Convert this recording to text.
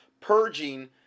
Purging